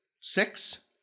six